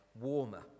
warmer